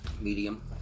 Medium